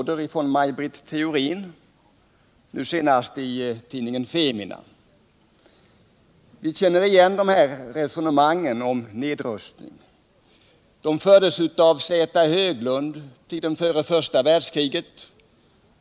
De fördes av Z. Höglund under tiden före första världskriget.